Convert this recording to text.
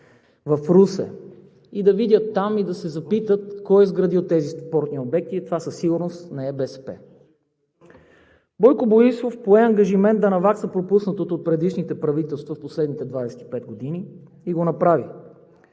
в Русе, да видят там и да се запитат кой е изградил тези спортни обекти. Това със сигурност не е БСП. Бойко Борисов пое ангажимент да навакса пропуснатото от предишните правителства в последните 25 години и го направи.